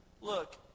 Look